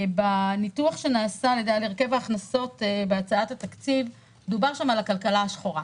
בניתוח שנעשה על הרכב ההכנסות בהצעת התקציב דובר שם על הכלכלה השחורה.